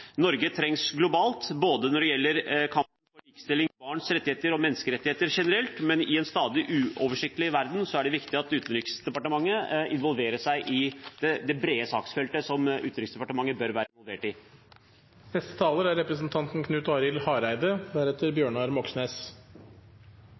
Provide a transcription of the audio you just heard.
Norge trengs globalt, når det gjelder både kampen for likestilling, barns rettigheter og menneskerettigheter generelt, men i en stadig mer uoversiktlig verden er det viktig at Utenriksdepartementet involverer seg i det brede saksfeltet som Utenriksdepartementet bør være involvert